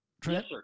Trent